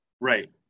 Right